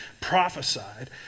prophesied